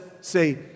say